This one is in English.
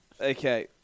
Okay